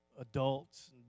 adults